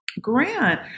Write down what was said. Grant